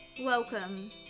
Welcome